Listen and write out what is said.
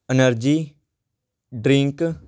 energy drink